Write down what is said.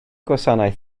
gwasanaeth